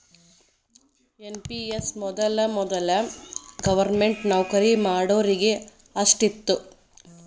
NPS ಮೊದಲ ವೊದಲ government ನೌಕರಿ ಮಾಡೋರಿಗೆ ಅಷ್ಟ ಇತ್ತು